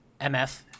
MF